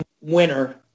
winner